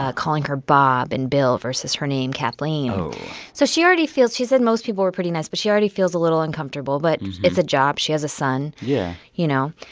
ah calling her bob and bill versus her name, kathleen oh so she already feels she said most people were pretty nice, but she already feels a little uncomfortable. but it's a job. she has a son yeah you know?